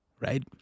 right